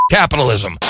capitalism